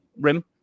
rim